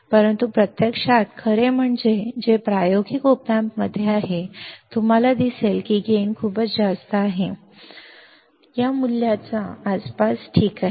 परंतु प्रत्यक्षात खरे म्हणजे जे प्रायोगिक op amps मध्ये आहे तुम्हाला दिसेल की लाभ खूपच जास्त आहे हे खूप जास्त मूल्य आहे या इतक्या मूल्याच्या आसपास ठीक आहे